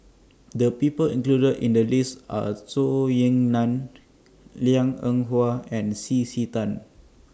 The People included in The list Are Zhou Ying NAN Liang Eng Hwa and C C Tan